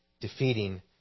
defeating